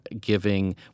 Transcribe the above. giving